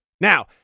Now